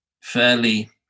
fairly